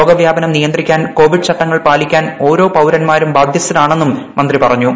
രോഗവ്യാപനം നിയന്ത്രിക്കാൻ കോവിഡ് ചട്ടങ്ങൾ പാലിക്കാൻ ഓരോ പൌരന്മാരും ബാധ്യസ്ഥരാണെന്നും മന്ത്രി പറഞ്ഞു